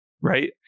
right